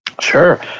Sure